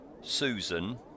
Susan